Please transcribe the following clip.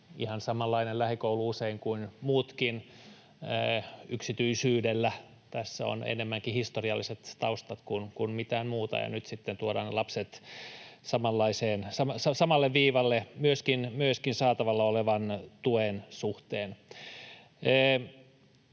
ihan samanlainen lähikoulu kuin muutkin. Yksityisyydellä tässä on enemmänkin historialliset taustat kuin mitään muuta, ja nyt sitten tuodaan lapset samalle viivalle myöskin saatavilla olevan tuen suhteen.